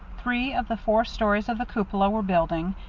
three of the four stories of the cupola were building,